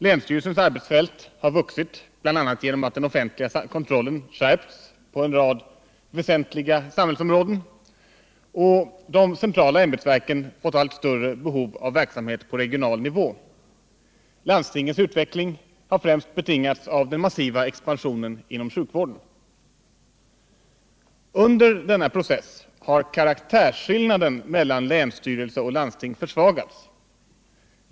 Länsstyrelsens arbetsfält har vuxit bl.a. genom att den offentliga kontrollen skärpts på en rad väsentliga samhällsområden och de statliga ämbetsverken fått allt större behov av verksamhet på regional nivå. Landstingens utveckling har främst betingats av den massiva expansionen av insatserna inom sjukvården. Under denna process har karaktärsskillnaden mellan länsstyrelse och landsting försvagats.